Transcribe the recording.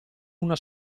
una